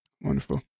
Wonderful